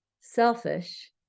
selfish